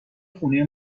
خونه